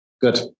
Good